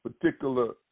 particular